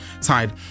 side